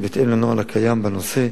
ובהתאם לנוהל הקיים בנושא,